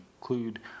include